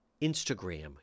Instagram